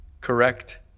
correct